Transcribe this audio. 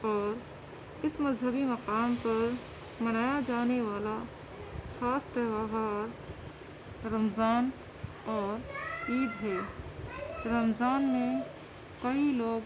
اور اس مذہبی مقام پر منایا جانے والا خاص تیوہار رمضان اور عید ہے رمضان میں کئی لوگ